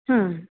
ਹੂੰ